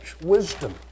wisdom